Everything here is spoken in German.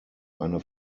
eine